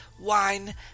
wine